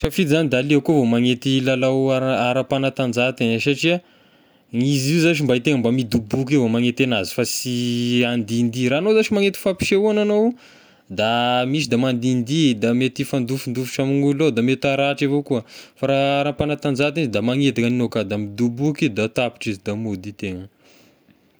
Safidy zagny da aleoko avao magnety lalao ara- ara-panatanjahantena satria ny izy io zashy mba e tegna midoboky avao magnety anazy fa sy handindihy, raha agnao zashy magnety fampisehoagna agnao da misy da mandindihy, da mety hifandofondofotra amin'olo ao, da mety haratry avao koa, fa raha ara-panatanjahantena izy da magnety ny agnao ka, da midoboka eo, da tapitra izy da mody e tegna.